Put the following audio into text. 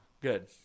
Good